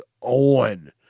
on